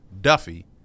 Duffy